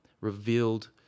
revealed